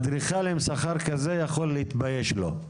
אדריכל עם שכר כזה יכול להתבייש לו.